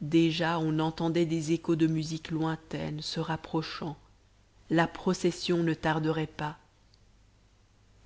déjà on entendait des échos de musiques lointaines se rapprochant la procession ne tarderait pas